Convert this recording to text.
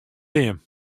beam